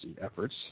efforts